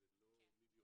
זה לא מיליונים.